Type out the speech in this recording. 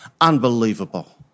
Unbelievable